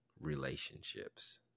relationships